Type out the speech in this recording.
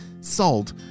salt